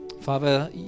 Father